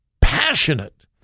passionate